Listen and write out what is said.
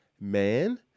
man